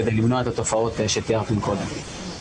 כדי למנוע את התופעות שתיארתם קודם.